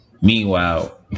Meanwhile